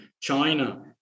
China